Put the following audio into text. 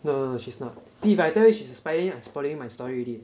no no no she's not then if I telling you she's the spy then I spoiling you my story already